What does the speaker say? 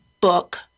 Book